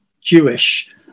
Jewish